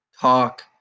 talk